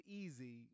easy